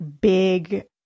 big